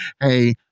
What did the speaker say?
hey